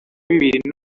bibiri